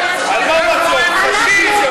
לא היה שם מצור עד 2006,